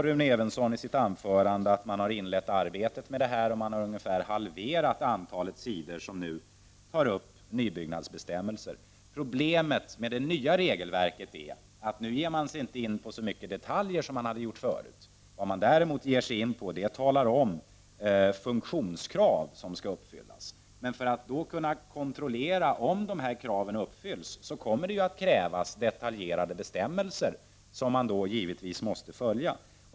Rune Evensson sade i sitt anförande att man har inlett arbetet med detta och att man har ungefär halverat antalet sidor som tar upp nybyggnadsbestämmelser. Problemet med det nya regelverket är att man nu inte ger sig in på så mycket detaljer som man gjort förr. Vad man däremot ger sig in på är funktionskrav som skall uppfyllas. För att kunna kontrollera om dessa krav uppfylls kommer det att krävas detaljerade bestämmelser, som givetvis måste följas.